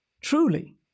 truly